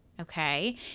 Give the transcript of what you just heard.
Okay